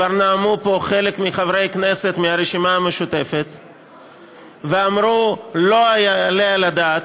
כבר נאמו פה חלק מחברי כנסת מהרשימה המשותפת ואמרו: לא יעלה על הדעת,